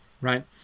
right